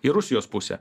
į rusijos pusę